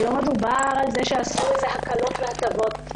ולא מדובר על כך שיעשו הקלות או הטבות.